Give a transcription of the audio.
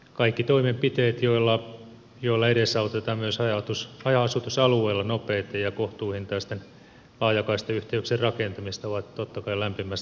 kaikki toimenpiteet joilla edesautetaan myös haja asutusalueilla nopeiden ja kohtuuhintaisten laajakaistayhteyksien rakentamista ovat totta kai lämpimästi tervetulleet